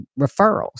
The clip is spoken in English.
referrals